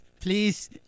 please